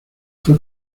fue